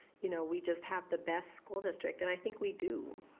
you know, we just have the best school district and i think we do.